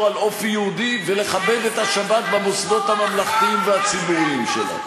על אופי יהודי ולכבד את השבת במוסדות הממלכתיים והציבוריים שלה.